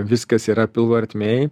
viskas yra pilvo ertmėj